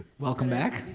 welcome back.